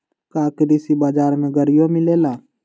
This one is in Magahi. का कृषि बजार में गड़ियो मिलेला?